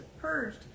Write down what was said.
purged